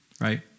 right